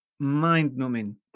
mind-numbing